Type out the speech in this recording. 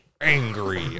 angry